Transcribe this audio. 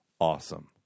awesome